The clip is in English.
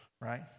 right